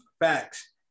Facts